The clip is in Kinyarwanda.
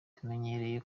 tumenyereye